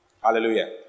Hallelujah